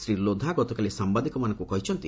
ଶ୍ରୀ ଲୋଧା ଗତକାଲି ସାମ୍ଭାଦିକମାନଙ୍କୁ କହିଛନ୍ତି